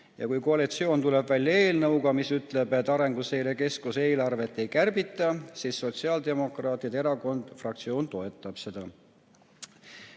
Ja kui koalitsioon tuleb välja eelnõuga, mis ütleb, et Arenguseire Keskuse eelarvet ei kärbita, siis Sotsiaaldemokraatliku Erakonna fraktsioon toetab seda.